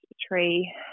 tree